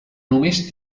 només